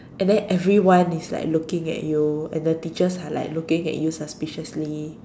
and then everyone is like looking at you and the teachers are like looking at you suspiciously